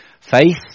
Faith